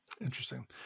Interesting